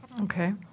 Okay